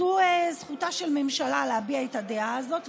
זו זכותה של ממשלה להביע את הדעה הזאת,